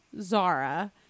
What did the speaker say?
Zara